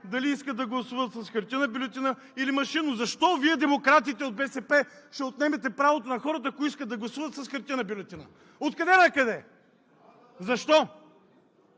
дали искат да гласуват с хартиена бюлетина или машинно. Защо Вие, демократите от БСП, ще отнемете правото на хората, ако искат да гласуват с хартиена бюлетина?! Откъде накъде? Защо?